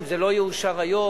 אם זה לא יאושר היום,